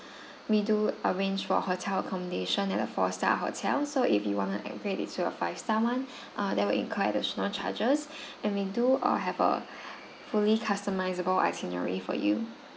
we do arrange for hotel accommodation at a four star hotel so if you want to upgrade it to a five star [one] uh that will incur additional charges and we do uh have a fully customisable itinerary for you